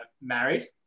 married